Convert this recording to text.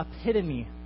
epitome